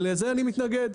לזה אני מתנגד.